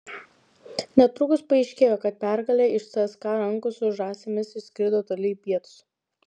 netrukus paaiškėjo kad pergalė iš cska rankų su žąsimis išskrido toli į pietus